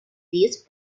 these